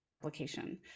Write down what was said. application